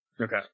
Okay